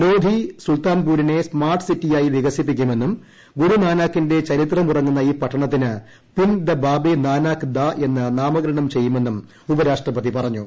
ലോധി സുൽത്താൻ പൂരിനെ സ്മാർട്ട് സിറ്റിയായി വികസിപ്പിക്കുമെന്നും ഗുരുനാനാക്കിന്റെ ചരിത്രമുറങ്ങുന്ന ഈ പട്ടണത്തിന് പിൻ ദ് ബാബെ നാനാക്ക് എന്ന് നാമകരണം ചെയ്യുമെന്നും ഉപരാഷ്ട്രപതി പറഞ്ഞു